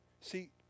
See